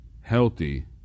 healthy